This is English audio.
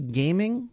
gaming